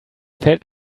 felt